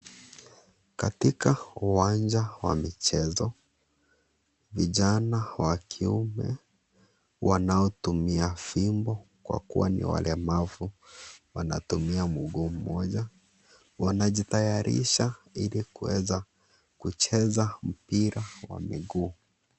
Katika uwanja wa michezo vijana wa kiume wanaotumia fimbo kwa kuwa ni walemavu wanatumia mgumu mmoja. Wanajitayarisha ili kuweza kucheza mpira wa miguu.